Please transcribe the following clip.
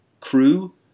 crew